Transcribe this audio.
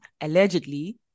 allegedly